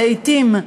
לעתים,